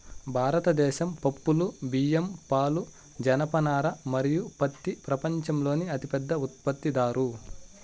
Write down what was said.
భారతదేశం పప్పులు, బియ్యం, పాలు, జనపనార మరియు పత్తి ప్రపంచంలోనే అతిపెద్ద ఉత్పత్తిదారు